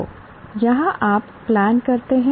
तो यहाँ आप प्लान करते हैं